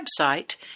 website